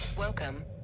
Welcome